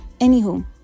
anywho